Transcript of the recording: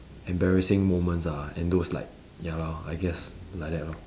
embarrassing moments ah and those like ya lor I guess like that lor